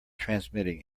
transmitting